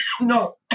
no